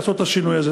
לעשות את השינוי הזה.